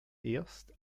erst